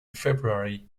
february